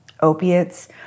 opiates